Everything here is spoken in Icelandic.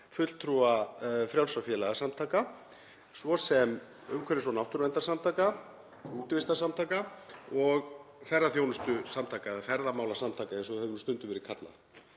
fulltrúa frjálsra félagasamtaka, svo sem umhverfis- og náttúruverndarsamtaka, útivistarsamtaka og ferðaþjónustusamtaka eða ferðamálasamtaka eins og það hefur stundum verið kallað.